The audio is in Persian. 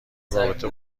رابطه